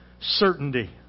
certainty